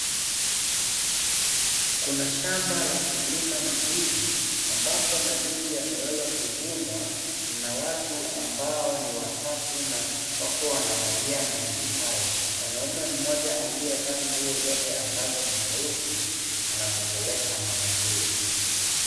Kuna shamba la kulima mandizi ambapo mandizi yameweza kuvunwa na watu ambao ni watatu na wapo wanaangalia mandizi hayo, mwanaume mmoja aliyevaa nguo zote ambazo ni nyeusi anaongelesha mama huyo.